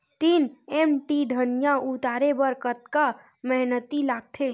तीन एम.टी धनिया उतारे बर कतका मेहनती लागथे?